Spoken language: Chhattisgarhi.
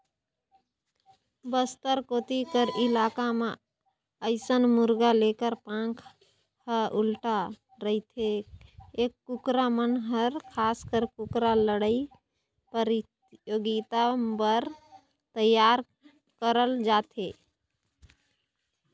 बस्तर कोती कर इलाका म अइसन मुरगा लेखर पांख ह उल्टा रहिथे ए कुकरा मन हर खासकर कुकरा लड़ई परतियोगिता बर तइयार करल जाथे